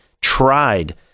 tried